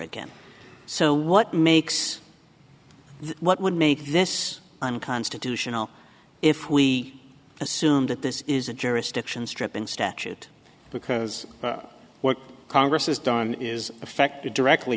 again so what makes what would make this unconstitutional if we assume that this is a jurisdiction stripping statute because what congress has done is affected directly